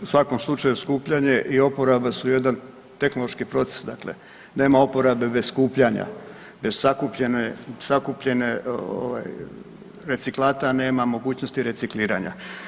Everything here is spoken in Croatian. U svakom slučaju skupljanje i oporaba su jedan tehnološki proces, dakle nema oporabe bez skupljanja bez sakupljenih reciklata nema mogućnosti recikliranja.